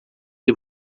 ele